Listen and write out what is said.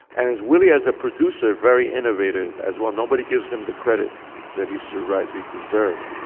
and as willy as a producer of very innovative as well nobody gives him the credit that he should rightly deserve.